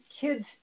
kids